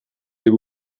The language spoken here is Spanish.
debe